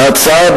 ההצעה,